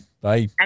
Bye